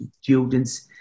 students